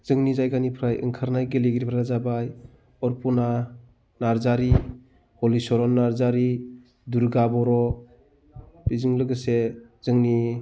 जोंनि जायगानिफ्राय ओंखारनाय गेलेगिरिफोरा जाबाय अरपना नार्जारि हलिचरन नार्जारि दुर्गा बर' बेजों लोगोसे जोंनि